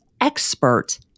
expert